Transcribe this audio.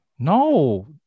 No